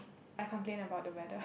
I complaint about the weather